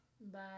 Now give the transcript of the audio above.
Bye